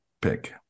pick